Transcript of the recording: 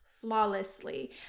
flawlessly